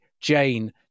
Jane